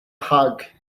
hug